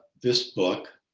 this book,